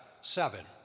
seven